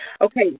okay